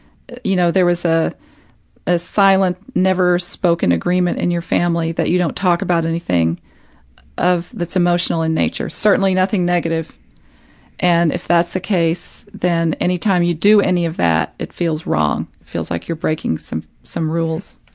you know, there was a a silent never-spoken agreement in your family that you don't talk about anything of that's emotional in nature certainly nothing negative and if that's the case then any time you do any of that it feels wrong feels like you're breaking some some rules.